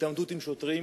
עימות עם שוטרים,